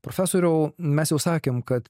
profesoriau mes jau sakėm kad